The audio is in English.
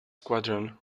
squadron